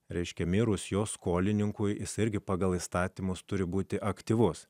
reiškia mirus jo skolininkui jisai irgi pagal įstatymus turi būti aktyvus